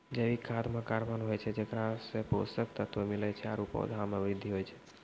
जैविक खाद म कार्बन होय छै जेकरा सें पोषक तत्व मिलै छै आरु पौधा म वृद्धि होय छै